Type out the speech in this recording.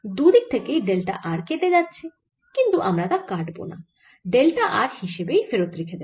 দুদিক থেকেই delta r কেটে যাচ্ছে কিন্তু আমরা তা কাটব না ডেল্টা r হিসেবেই ফেরত রেখে দেব